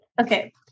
okay